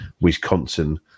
Wisconsin